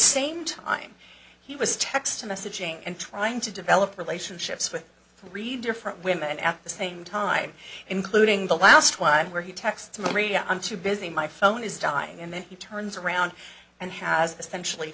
same time he was text messaging and trying to develop relationships with three different women at the same time including the last one where he texts me read i'm too busy my phone is dying and then he turns around and has essentially